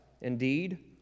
Indeed